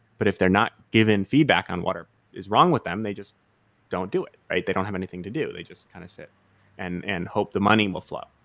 but if they're not given feedback on what ah is wrong with them, they just don't do it, right? they don't have anything to do this. they just kind of sit and and hope the money will flow,